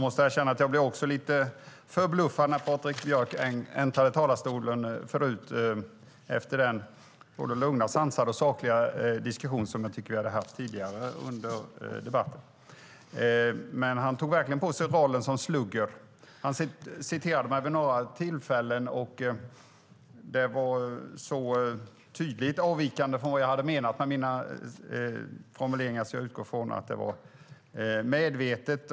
Fru talman! Jag blev också lite förbluffad när Patrik Björck äntrade talarstolen efter den lugna, sansade och sakliga diskussion vi hade haft tidigare under debatten. Han tog verkligen på sig rollen som slugger. Han citerade mig vid några tillfällen, och det avvek så tydligt från vad jag menade med mina formuleringar att jag utgår från att det var medvetet.